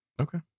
Okay